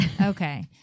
Okay